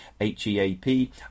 H-E-A-P